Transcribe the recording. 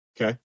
Okay